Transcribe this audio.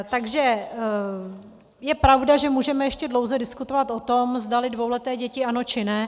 Takže je pravda, že můžeme ještě dlouze diskutovat o tom, zdali dvouleté děti ano, či ne.